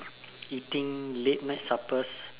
eating late night suppers